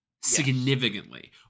significantly